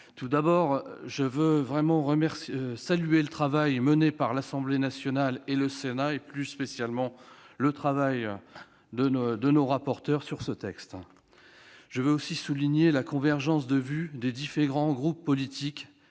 Tout d'abord, je veux véritablement saluer le travail mené par l'Assemblée nationale et le Sénat- plus spécialement le travail de nos rapporteurs -sur ce texte. Je veux aussi souligner la convergence de vue des groupes politiques,